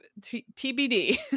TBD